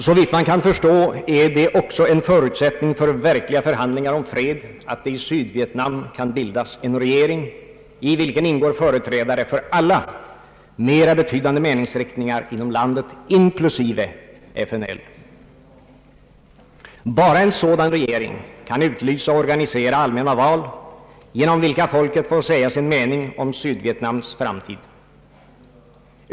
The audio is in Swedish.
Såvitt man kan förstå är det också en förutsättning för verkliga förhandlingar om fred att det i Sydvietnam kan bildas en regering i vilken ingår företrädare för alla mera betydande meningsriktningar inom landet, inklusive FNL. Bara en sådan regering kan utlysa och organisera allmänna val genom vilka folket får säga sin mening om Sydvietnams framtid.